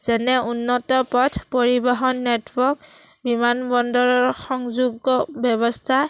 যেনে উন্নত পথ পৰিবহণ নেটৱৰ্ক বিমানবন্দৰৰ সংযোগ্য ব্যৱস্থা